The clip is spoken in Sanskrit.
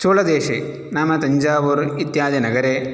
चोलदेशे नाम तञ्जावूरु इत्यादिनगरे